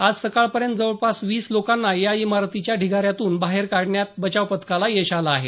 आज सकाळपर्यंत जवळपास वीस लोकांना या इमारतीच्या ढिगाऱ्यातून बाहेर काढण्यात बचाव पथकाला यश आलं आहे